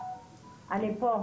אני בכל זאת